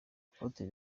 apotre